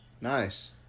Nice